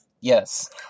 Yes